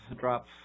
drop